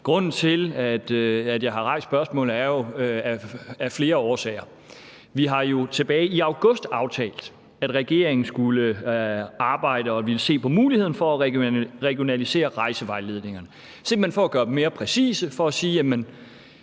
vi står i. Jeg har rejst spørgsmålet af flere årsager. Vi har jo tilbage i august aftalt, at regeringen skulle arbejde og ville se på mulighederne for at regionalisere rejsevejledningerne, simpelt hen for at gøre dem mere præcise og sige: